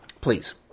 Please